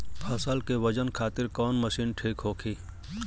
फसल के वजन खातिर कवन मशीन ठीक होखि?